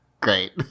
great